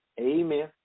Amen